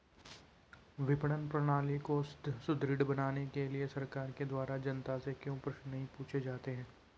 विपणन प्रणाली को सुदृढ़ बनाने के लिए सरकार के द्वारा जनता से क्यों प्रश्न नहीं पूछे जाते हैं?